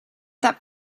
that